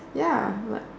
ya like